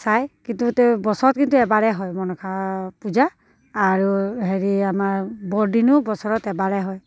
চায় কিন্তু তেও বছৰত কিন্তু এবাৰেই হয় মনসা পূজা আৰু হেৰি আমাৰ বৰদিনো বছৰত এবাৰেই হয়